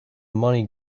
money